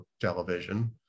television